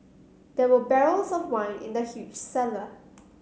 there were barrels of wine in the huge cellar